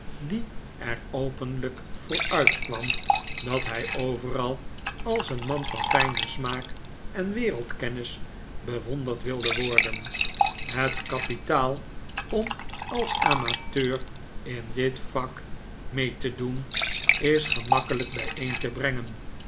die er openlijk voor uitkwam dat hij overal als een man van fijnen smaak en wereldkennis bewonderd wilde worden het kapitaal om als amateur in dit vak mee te doen is gemakkelijk bijeen te brengen